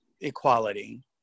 equality